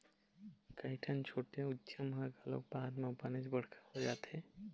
कइठन छोटे उद्यम ह घलोक बाद म बनेच बड़का हो जाथे